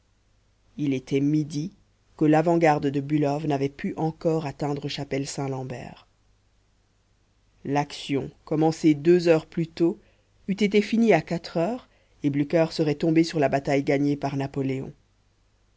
il était midi que l'avant-garde de bülow n'avait pu encore atteindre chapelle saint lambert l'action commencée deux heures plus tôt eût été finie à quatre heures et blücher serait tombé sur la bataille gagnée par napoléon